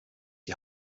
die